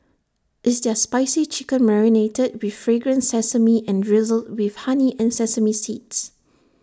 it's their spicy chicken marinated with fragrant sesame and drizzled with honey and sesame seeds